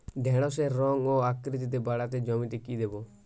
ঢেঁড়সের রং ও আকৃতিতে বাড়াতে জমিতে কি দেবো?